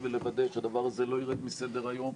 ולוודא שהדבר הזה לא יירד מסדר היום.